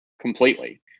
completely